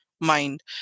mind